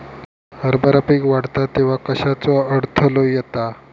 हरभरा पीक वाढता तेव्हा कश्याचो अडथलो येता?